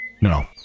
no